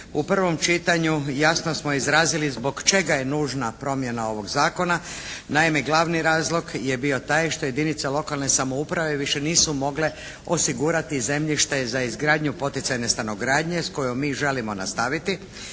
U prvom čitanju jasno smo izrazili zbog čega je nužna promjena ovog zakona. Naime, glavni razlog je bio taj što jedinice lokalne samouprave više nisu mogle osigurati zemljište za izgradnju poticajne stanogradnje s kojom mi želimo nastaviti.